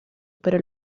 pero